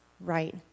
right